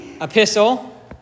epistle